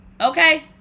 Okay